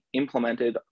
implemented